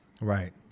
Right